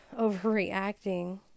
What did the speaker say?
overreacting